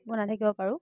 বনাই থাকিব পাৰোঁ